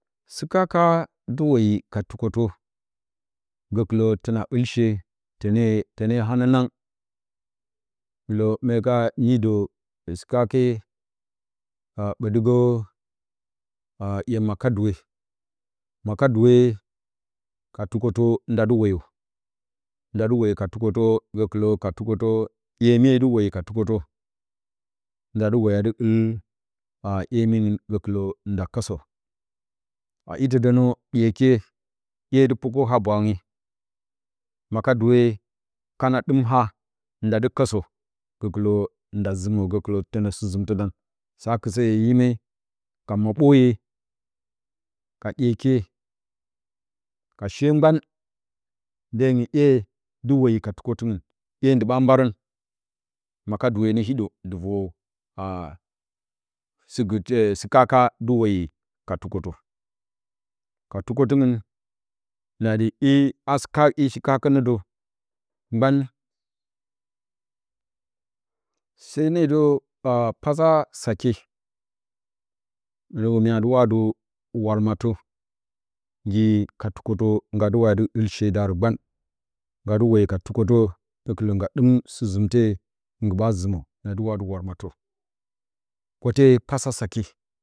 Sɨ kaka ndɨ woyi ka tukətə təna ul she tone tone hananang la va nidə si kake a botigə e makaduwe makaduwe ka tukatə dadi woyə na woyə ka tukətə sokɨlə ka taksɨa hyeme dɨ urayo ka takətə ndi woya a dɨ ul hymiungn golə adaka a kodə nə dyeke iyedɨ pukə ha bwange makaduwe kana dɨm ha ndadɨ kɨta gəkɨlə nda zimə gəkɨlə tonə sɨzimtidau sa kɨsə hye hime ka maɓəye ka dyeke ka she sban def ung iye dɨ woye ka tukətiung iye ndɨ ba mbarən makaduwe nə hidə dɨ vor sit girte sɨ kaka dɨ woyi ka fukətə ka tukotiu eh i shi kakə nə də gbau se ne də ka paa-pasa sake ə mua də watɨ walwatə ngi katukotə nga dɨ usa də ul she darə ngban nga dɨ woyə ka dokətə gokitə nga dɨm sɨzimte nguɓa zimə myadɨ watɨ walmatə kote pasa sake.